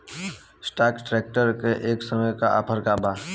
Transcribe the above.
Escort tractor पर ए समय का ऑफ़र बा?